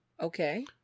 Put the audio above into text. Okay